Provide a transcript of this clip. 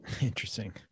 Interesting